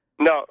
No